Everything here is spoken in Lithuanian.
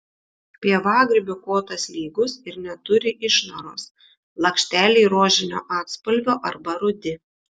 pievagrybio kotas lygus ir neturi išnaros lakšteliai rožinio atspalvio arba rudi